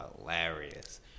hilarious